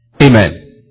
Amen